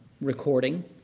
recording